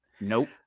Nope